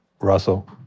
Russell